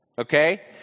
Okay